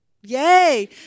Yay